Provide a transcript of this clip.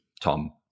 Tom